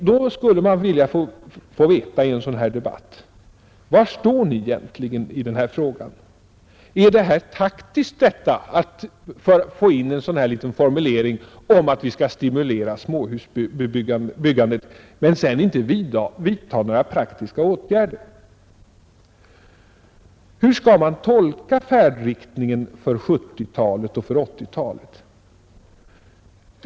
Då skulle man vilja få veta i en sådan här debatt: Var står ni egentligen i denna fråga? Är det taktiskt detta, att få in en sådan här liten formulering om att vi skall stimulera småhusbyggandet men sedan inte vidta några praktiska åtgärder? Hur skall man tolka färdriktningen för 1970-talet och för 1980-talet?